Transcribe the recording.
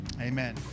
Amen